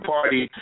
Party